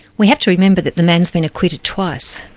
we had to remember that the man's been acquitted twice,